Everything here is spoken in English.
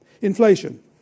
inflation